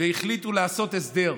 והחליטו לעשות הסדר.